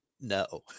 No